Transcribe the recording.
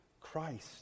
Christ